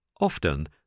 Often